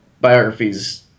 biographies